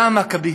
יהודה המכבי